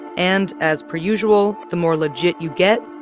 and as per usual, the more legit you get,